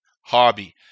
hobby